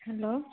hello